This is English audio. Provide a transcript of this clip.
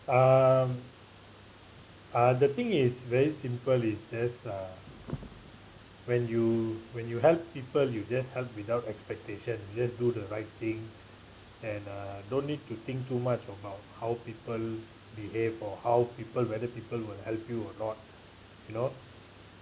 um uh the thing is very simple is just uh when you when you help people you just help without expectations just do the right thing and uh no need to think too much about how people behave or how people whether people will help you or not you know